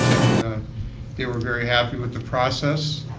and they were very happy with the process.